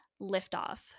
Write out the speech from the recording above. Liftoff